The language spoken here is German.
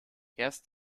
erst